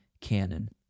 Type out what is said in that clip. canon